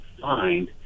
find